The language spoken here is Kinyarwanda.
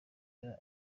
yari